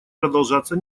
продолжаться